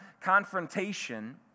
confrontation